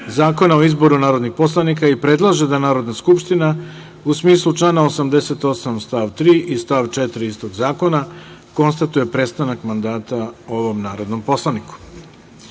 Zakona o izboru narodnih poslanika i predlaže da Narodna skupština, u smislu člana 88. st. 3. i 4. istog zakona, konstatuje prestanak mandata ovom narodnom poslaniku. Shodno